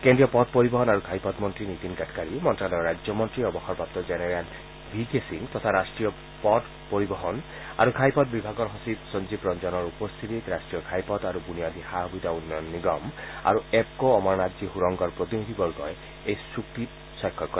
কেন্দ্ৰীয় পথ পৰিবহন আৰু ঘাইপথ মন্ত্ৰী নিতিন গাডকাৰী মন্ত্যালয়ৰ ৰাজ্যমন্ত্ৰী অৱসৰপ্ৰাপ্ত জেনেৰেল ভি কে সিং আৰু ৰাষ্টীয় পথ পৰিবহন আৰু ঘাইপথ বিভাগৰ সচিব সঞ্জীৱ ৰঞ্জনৰ উপস্থিতিত ৰাষ্ট্ৰীয় ঘাইপথ আৰু বুনিয়াদী সা সুবিধা উন্নয়ন নিগম আৰু এপক' অমৰনাথজী সুৰংগৰ প্ৰতিনিধি বৰ্গই এই চুক্তিত স্বাক্ষৰ কৰে